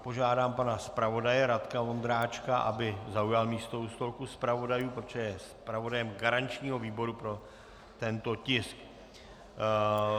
Požádám pana zpravodaje Radka Vondráčka, aby zaujal místo u stolku zpravodajů, protože je zpravodajem garančního výboru pro tento tisk.